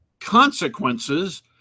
consequences